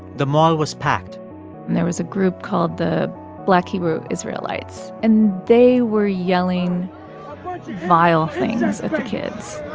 the mall was packed and there was a group called the black hebrew israelites. and they were yelling vile things at the kids